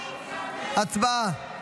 הצבעה.